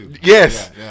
yes